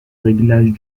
réglage